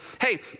Hey